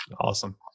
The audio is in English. Awesome